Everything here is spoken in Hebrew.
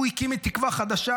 הוא הקים את תקווה חדשה,